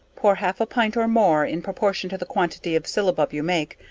pour half a pint or more, in proportion to the quantity of syllabub you make,